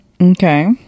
Okay